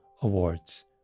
awards